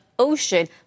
Ocean